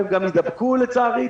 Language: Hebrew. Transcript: והם גם יידבקו לצערי,